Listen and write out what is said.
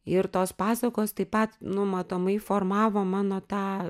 ir tos pasakos taip pat nu matomai formavo mano tą